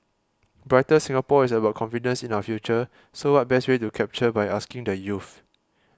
brighter Singapore is about confidence in our future so what best way to capture by asking the youth